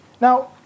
Now